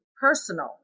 personal